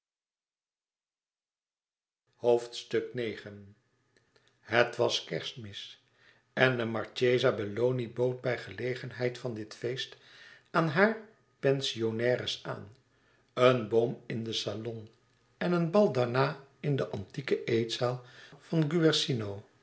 het was kerstmis en de marchesa belloni bood bij gelegenheid van dit feest aan hare pensionnaires aan een boom in den salon en een bal daarna in de antieke eetzaal van guercino